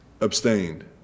Abstained